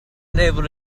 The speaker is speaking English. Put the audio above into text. unable